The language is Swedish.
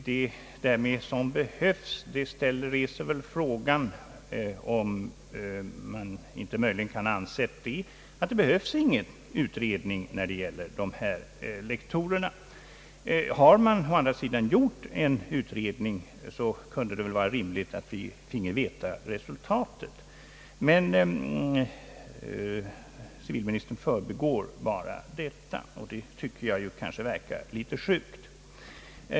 Det där med »som behövs» ställer frågan om man möjligen inte kan ha ansett att det inte behövs någon utredning när det gäller dessa lektorer. Har man å andra sidan gjort en utredning, kunde det väl vara rimligt att vi finge veta resultatet. Civilministern förbigår detta, och det tycker jag verkar litet sjukt.